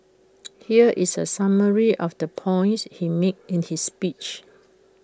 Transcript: here is A summary of the points he made in his speech